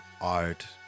art